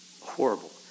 horrible